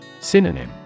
Synonym